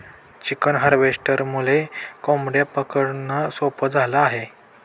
chicken हार्वेस्टरमुळे कोंबड्या पकडणं सोपं झालं आहे